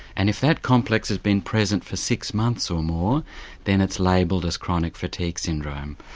and if that complex has been present for six months or more then it's labelled as chronic fatigue syndrome.